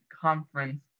conference